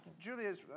Julia's